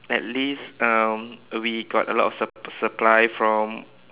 at least um we got a lot supp~ supply from